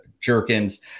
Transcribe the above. jerkins